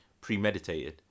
premeditated